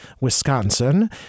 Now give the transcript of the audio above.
Wisconsin